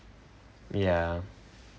ya